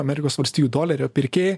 amerikos valstijų dolerio pirkė